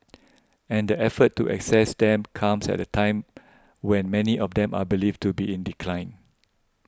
and the effort to assess them comes at a time when many of them are believed to be in decline